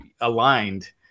aligned